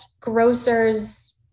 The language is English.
grocers